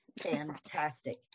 Fantastic